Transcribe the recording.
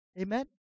Amen